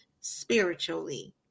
spiritually